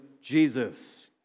Jesus